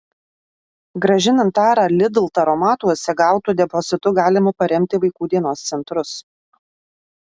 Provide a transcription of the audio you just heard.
grąžinant tarą lidl taromatuose gautu depozitu galima paremti vaikų dienos centrus